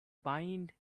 bind